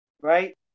right